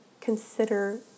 consider